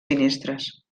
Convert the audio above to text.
finestres